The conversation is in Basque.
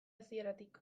hasieratik